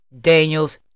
Daniels